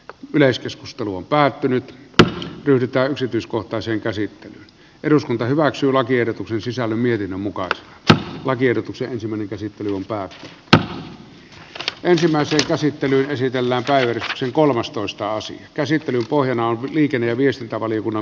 yleiskeskustelu on päättynyt tai yritä yksityiskohtaisen käsittelyn eduskunta hyväksyi lakiehdotuksen sisällä mielin mukaan että lakiehdotuksen ensimmäinen pohjana on päätetty tähän ensimmäiseen käsittelyyn esitellään päivi tikkasen kolmastoista asy käsittelyn pohjana liikenne ja viestintävaliokunnan mietintö